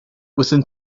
within